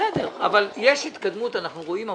בסדר, אבל יש התקדמות, אנחנו רואים עבודות.